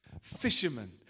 fishermen